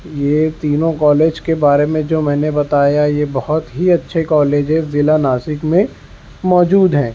یہ تینوں کالج کے بارے میں جو میں نے بتایا یہ بہت ہی اچھے کالجز ضلع ناسک میں موجود ہیں